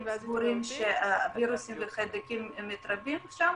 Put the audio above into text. סגורים שהווירוסים והחיידקים מתרבים שם,